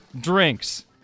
drinks